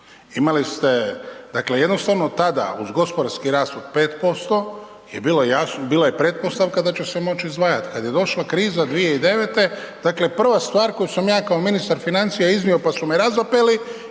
Imali ste dakle jednostavno tada uz gospodarski rast od 5% je bila pretpostavka da će se moći izdvajat. Kad je došla kriza 2009., dakle prva stvar koju sam ja kao ministar financija iznio pa su me razapeli,